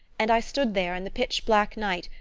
and i stood there in the pitch-black night,